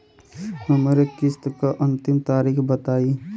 हमरे किस्त क अंतिम तारीख बताईं?